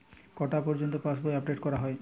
কটা পযর্ন্ত পাশবই আপ ডেট করা হয়?